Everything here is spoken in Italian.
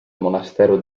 monastero